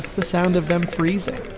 the sound of them freezing